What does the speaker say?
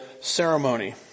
ceremony